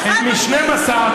חד-משמעית.